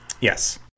Yes